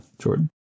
Jordan